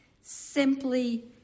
Simply